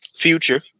Future